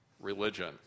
religion